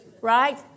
right